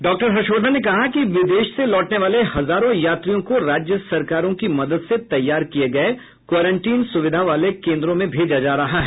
डॉ हर्षवर्धन ने कहा कि विदेश से लौटने वाले हजारों यात्रियों को राज्य सरकारोंकी मदद से तैयार किए गए क्वेरेन्टीन सुविधा वाले केन्द्रों में भेजा जा रहा है